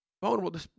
Vulnerable